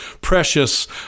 precious